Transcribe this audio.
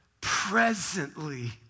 presently